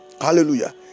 Hallelujah